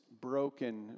broken